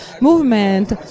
movement